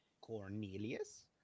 Cornelius